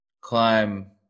climb